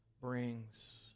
brings